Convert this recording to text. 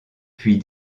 puis